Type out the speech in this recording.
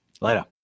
Later